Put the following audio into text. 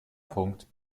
punkt